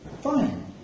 Fine